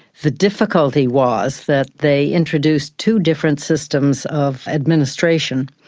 the difficulty was that they introduced two different systems of administration.